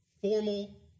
Formal